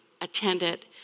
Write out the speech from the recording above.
attended